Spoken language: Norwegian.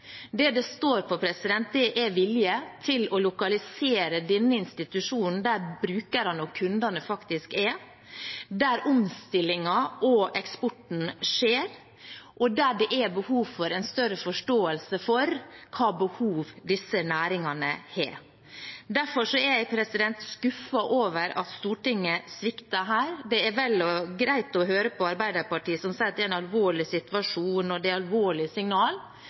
Det det står på, er vilje til å lokalisere denne institusjonen der brukerne og kundene faktisk er, der omstillingen og eksporten skjer, og der det er behov for en større forståelse for hvilke behov disse næringene har. Derfor er jeg skuffet over at Stortinget svikter her. Det er vel og bra å høre på Arbeiderpartiet, som sier at det er en alvorlig situasjon, og at det er alvorlige signal.